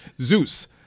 Zeus